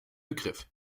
begriff